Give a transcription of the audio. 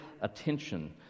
attention